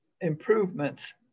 improvements